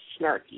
snarky